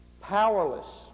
Powerless